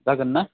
जागोन ना